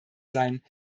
sein